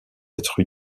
être